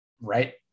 Right